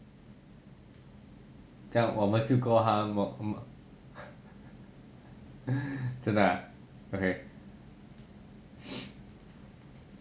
这样我们就 call 他真的 ah ok